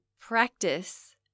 practice